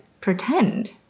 pretend